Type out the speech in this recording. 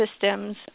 systems